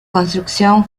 construcción